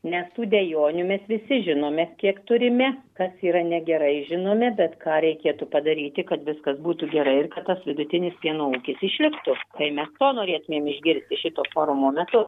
nes tų dejonių mes visi žinome kiek turime kas yra negerai žinome bet ką reikėtų padaryti kad viskas būtų gerai ir kad tas vidutinis pieno ūkis išliktų tai mes to norėtumėm išgirsti šito forumo metu